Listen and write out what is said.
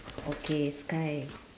okay sky